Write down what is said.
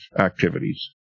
activities